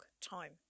time